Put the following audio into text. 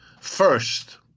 First